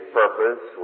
purpose